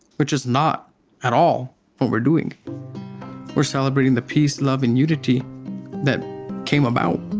which is not at all what we're doing we're celebrating the peace, love and unity that came about